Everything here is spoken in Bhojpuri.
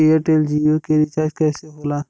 एयरटेल जीओ के रिचार्ज कैसे होला?